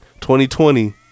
2020